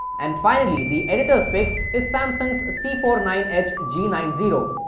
and finally the editor's pick is samsung's c four nine h g nine zero.